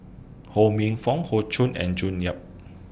Ho Minfong Hoey Choo and June Yap